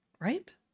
Right